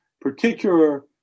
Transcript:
particular